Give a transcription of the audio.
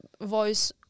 voice